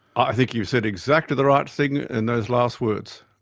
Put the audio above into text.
i think you've said exactly the right thing in those last words.